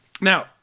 now